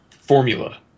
formula